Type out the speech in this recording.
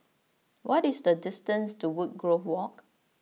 what is the distance to Woodgrove Walk